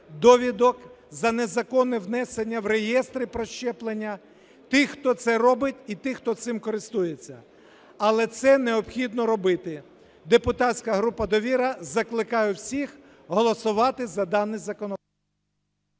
довідок, за незаконне внесення в реєстри про щеплення тих, хто це робить, і тих, хто цим користується. Але це необхідно робити. Депутатська група "Довіра" закликає всіх голосувати за даний законопроект.